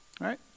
right